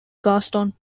garston